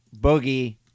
Boogie